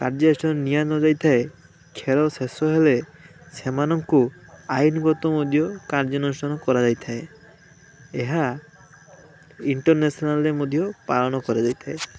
କାର୍ଯ୍ୟାନୁଷ୍ଠାନ ନିଆ ନ ଯାଇଥାଏ ଖେଳ ଶେଷ ହେଲେ ସେମାନଙ୍କୁ ଆଇନଗତ ମଧ୍ୟ କାର୍ଯ୍ୟାନୁଷ୍ଠାନ କରାଯାଇଥାଏ ଏହା ଇଣ୍ଟରନେସେନାଲରେ ମଧ୍ୟ ପାଳନ କରାଯାଇଥାଏ